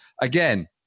again